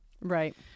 right